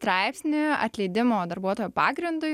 straipsnį atleidimo darbuotojo pagrindui